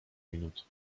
minut